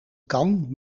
kan